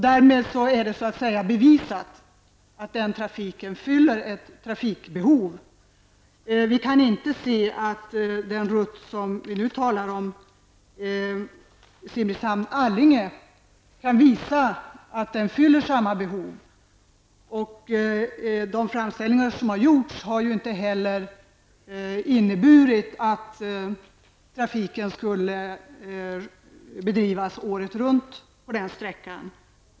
Det är därmed så att säga bevisat att den linjen fyller ett trafikbehov. Däremot anser vi inte att linjen Simrishamn--Allinge fyller samma behov. De framställningar som gjorts bygger inte heller på att trafiken skulle bedrivas året runt på den sträckan.